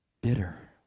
bitter